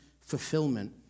fulfillment